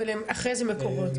ואחרי זה מקורות,